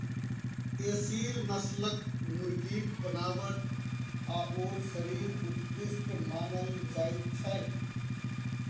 एसील नस्लक मुर्गीक बनावट आओर शरीर उत्कृष्ट मानल जाइत छै